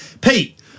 Pete